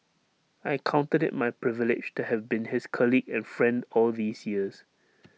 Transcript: I counted IT my privilege to have been his colleague and friend all these years